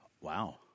Wow